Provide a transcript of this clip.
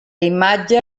imatge